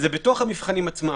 בתוך המבחנים עצמם